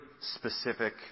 specific